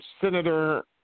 Senator